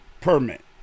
permit